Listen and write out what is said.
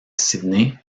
sydney